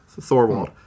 Thorwald